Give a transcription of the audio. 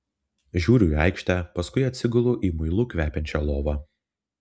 žiūriu į aikštę paskui atsigulu į muilu kvepiančią lovą